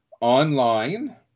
online